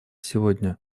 сегодня